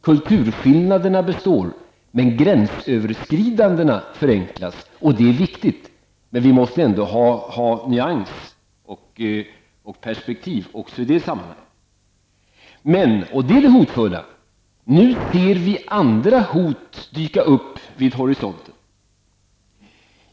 Kulturskillnaderna består, men gränsöverskridandena förenklas, och det är viktigt. Vi måste dock ha nyans och perspektiv också i det sammanhanget. Men vi ser nu olika hot dyka upp vid horisonten.